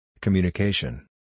Communication